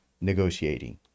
negotiating